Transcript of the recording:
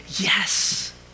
yes